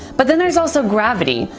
but then there's also gravity,